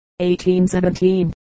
1817